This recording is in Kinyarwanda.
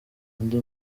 ndi